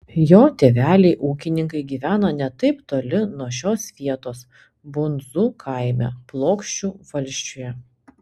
jo tėveliai ūkininkai gyveno ne taip toli nuo šios vietos bundzų kaime plokščių valsčiuje